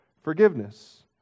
forgiveness